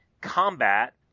combat